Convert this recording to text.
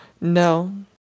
No